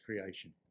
creation